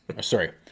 Sorry